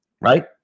right